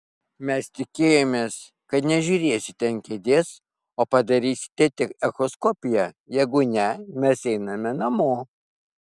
mes tikėjomės kad nežiūrėsite ant kėdės o padarysite tik echoskopiją jeigu ne mes einame namo